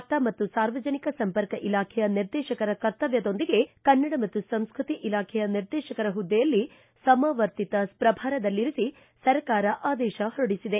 ವಾರ್ತಾ ಮತ್ತು ಸಾರ್ವಜನಿಕ ಸಂಪರ್ಕ ಇಲಾಖೆಯ ನಿರ್ದೇಶಕರ ಕರ್ತವ್ಯದೊಂದಿಗೆ ಕನ್ನಡ ಮತ್ತು ಸಂಸ್ಕತಿ ಇಲಾಖೆಯ ನಿರ್ದೇಶಕರ ಹುದ್ದೆಯಲ್ಲಿ ಸಮವರ್ತಿತ ಪ್ರಭಾರದಲ್ಲಿರಿಸಿ ಸರ್ಕಾರ ಆದೇಶ ಹೊರಡಿಸಿದೆ